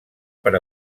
per